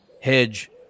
Hedge